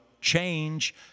change